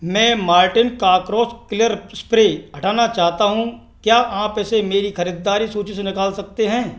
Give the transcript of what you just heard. मैं Martin cockroach clear spray हटाना चाहता हूँ क्या आप इसे मेरी खरीदारी सूची से निकाल सकते हैं